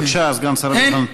בבקשה, סגן שר הביטחון.